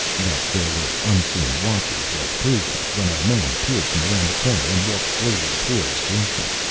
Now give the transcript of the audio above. that there were unseen watchers was proven when a man appeared from around the corner and walked slowly towards jason.